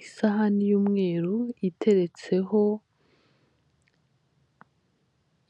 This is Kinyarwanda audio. Isahani y'umweru iteretseho